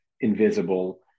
invisible